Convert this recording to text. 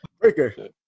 Breaker